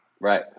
Right